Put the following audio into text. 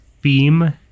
beam